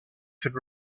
could